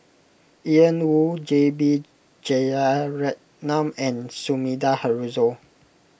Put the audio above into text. Ian Woo J B Jeyaretnam and Sumida Haruzo